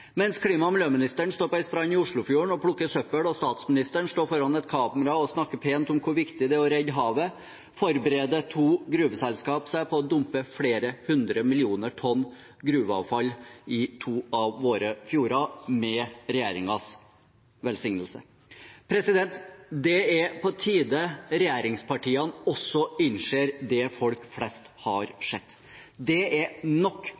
Mens klima- og miljøministeren står på en strand i Oslofjorden og plukker søppel og statsministeren står foran et kamera og snakker pent om hvor viktig det er å redde havet, forbereder to gruveselskap seg på å dumpe flere hundre millioner tonn gruveavfall i to av våre fjorder – med regjeringens velsignelse. Det er på tide at regjeringspartiene også innser det folk flest har sett: Det er nok